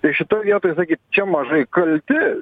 tai šitoj vietoj sakyt čia mažai kalti